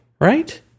right